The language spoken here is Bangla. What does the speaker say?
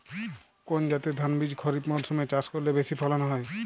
কোন জাতের ধানবীজ খরিপ মরসুম এ চাষ করলে বেশি ফলন হয়?